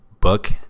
book